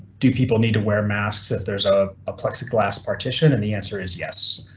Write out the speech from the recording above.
do people need to wear masks if there's a ah plexiglass partition? and the answer is yes.